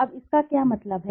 अब इसका क्या मतलब है